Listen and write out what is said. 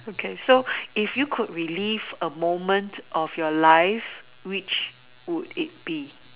okay so if you could relieve a moment of your life which could it be